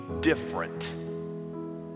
different